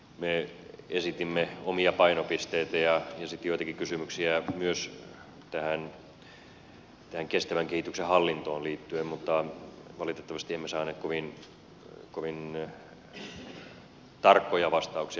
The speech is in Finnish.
me esitimme omia painopisteitä ja sitten joitakin kysymyksiä myös tähän kestävän kehityksen hallintoon liittyen mutta valitettavasti emme saaneet kovin tarkkoja vastauksia